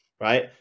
right